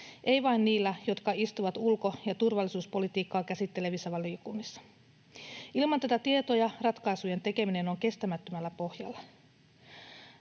ei vain niillä, jotka istuvat ulko- ja turvallisuuspolitiikkaa käsittelevissä valiokunnissa. Ilman näitä tietoja ratkaisujen tekeminen on kestämättömällä pohjalla.